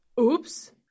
Oops